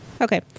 Okay